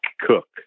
cook